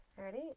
ready